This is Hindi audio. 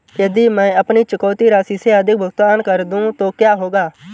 यदि मैं अपनी चुकौती राशि से अधिक भुगतान कर दूं तो क्या होगा?